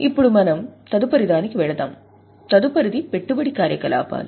ఇప్పుడు మనం తదుపరిదానికి వెళ్దాం తదుపరిది పెట్టుబడి కార్యకలాపాలు